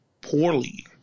poorly